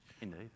Indeed